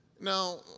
Now